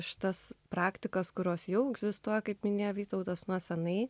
šitas praktikas kurios jau egzistuoja kaip minėjo vytautas nuo seniai